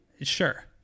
Sure